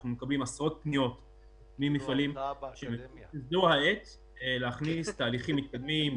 אנחנו מקבלים עשרות פניות ממפעלים שזו העת להכניס תהליכים מתקדמים,